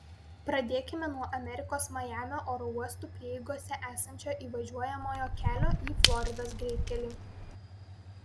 pradėkime nuo amerikos majamio oro uostų prieigose esančio įvažiuojamojo kelio į floridos greitkelį